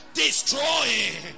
destroying